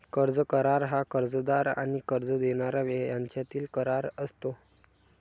कर्ज करार हा कर्जदार आणि कर्ज देणारा यांच्यातील करार असतो